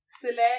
select